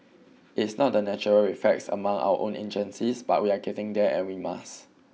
it's not the natural reflex among our own agencies but we are getting there and we must